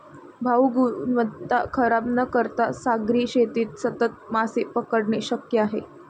भाऊ, गुणवत्ता खराब न करता सागरी शेतीत सतत मासे पकडणे शक्य आहे